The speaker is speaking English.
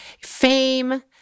fame